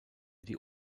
die